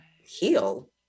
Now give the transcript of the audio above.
heal